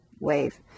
wave